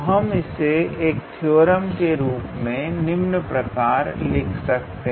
तो हम इसे एक थ्योरम रूप में निम्न प्रकार लिख सकते हैं